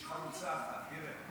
יש חרוצה אחת, תראה.